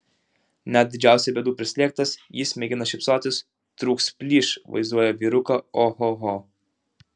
net didžiausių bėdų prislėgtas jis mėgina šypsotis trūks plyš vaizduoja vyruką ohoho